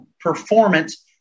performance